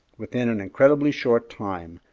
within an incredibly short time,